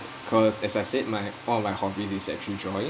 cause as I said my one of my hobbies is actually drawing